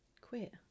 Quit